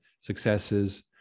successes